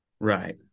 Right